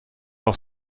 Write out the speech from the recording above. auch